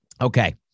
Okay